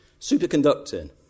Superconducting